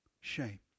Shame